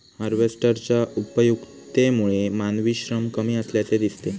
हार्वेस्टरच्या उपयुक्ततेमुळे मानवी श्रम कमी असल्याचे दिसते